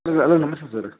hello ನಮಸ್ತೆ sir